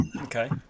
Okay